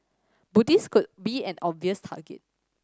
Buddhists could be an obvious target